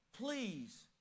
please